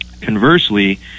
Conversely